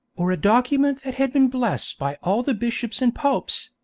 or a document that had been blessed by all the bishops and popes,